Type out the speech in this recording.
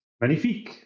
Magnifique